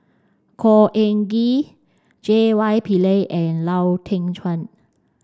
Khor Ean Ghee J Y Pillay and Lau Teng Chuan